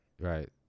right